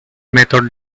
method